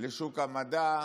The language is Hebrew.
לשוק המדע,